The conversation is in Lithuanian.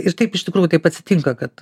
ir taip iš tikrųjų taip atsitinka kad